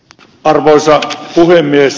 arvoisa puhemies